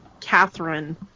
Catherine